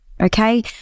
okay